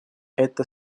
это